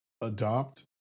adopt